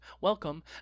welcome